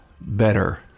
better